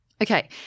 Okay